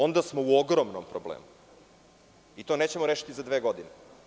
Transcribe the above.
Onda smo u ogromnom problemu i to nećemo rešiti za dve godine.